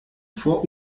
vor